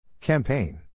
Campaign